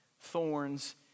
thorns